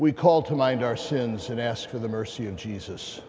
we call to mind our sins and ask for the mercy of jesus